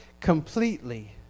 completely